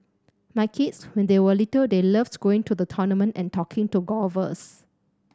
my kids when they were little they loves going to the tournament and talking to golfers